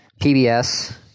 PBS